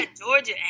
Georgia